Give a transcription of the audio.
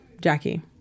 Jackie